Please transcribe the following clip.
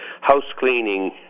house-cleaning